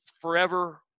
forever